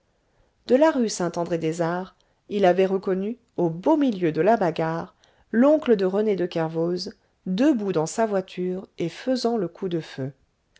de la rue saint andré des arts il avait reconnu au beau milieu de la bagarre l'oncle de rené de kervoz debout dans sa voiture et faisant le coup de feu